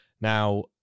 now